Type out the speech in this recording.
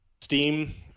Steam